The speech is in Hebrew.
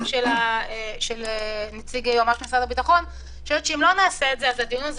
של נציג היועץ המשפטי במשרד הביטחון - הדיון הזה